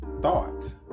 thought